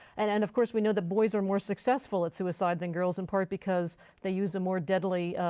and and of course we know that boys are more successful at suicide than girls in part because they use a more deadly